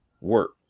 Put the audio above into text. work